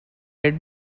red